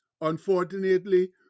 unfortunately